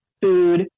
food